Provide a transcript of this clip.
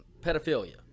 pedophilia